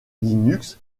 utilise